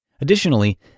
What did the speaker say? Additionally